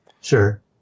Sure